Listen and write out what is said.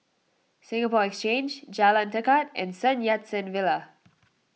Singapore Exchange Jalan Tekad and Sun Yat Sen Villa